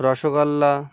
rasgulla